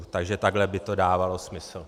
Takže takhle by to dávalo smysl.